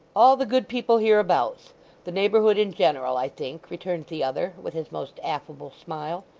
all the good people hereabouts the neighbourhood in general, i think returned the other, with his most affable smile.